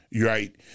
Right